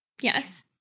Yes